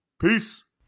Peace